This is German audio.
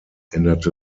änderte